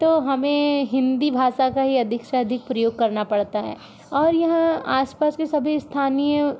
तो हमे हिन्दी भाषा का ही अधिक से अधिक प्रयोग करना पड़ता है और यहाँ आसपास के सभी स्थानीय